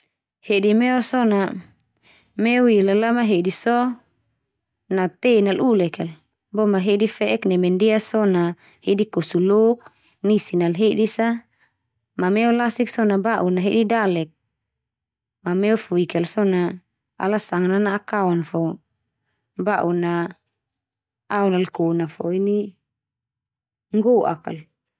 Hedi meo so na meo ia la lamahedi so, na ten nal ulek kal. Boma hedi fe'ek neme ndia so, na hedi kosulok, nisi nal hedis a, ma meo lasik so na ba'un na hedi dalek. Ma meo fuik ia la so, na ala sanga nana'ak aon fo ba'un na aon nal kona fo ini nggo'ak al.